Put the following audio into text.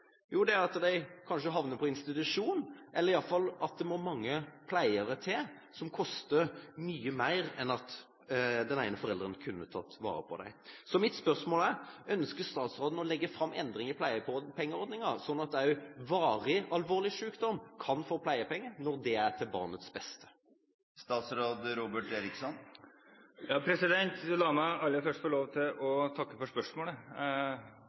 Jo, det er at de kanskje havner på institusjon, eller i alle fall at det må mange pleiere til, noe som koster mye mer enn om den ene forelderen hadde tatt vare på dem. Mitt spørsmål er: Ønsker statsråden å legge fram endringer i pleiepengeordningen, slik at en også ved varig, alvorlig sykdom kan få pleiepenger, når det er til barnets beste? La meg aller først få lov til å takke for spørsmålet.